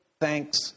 thanks